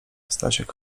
stasiek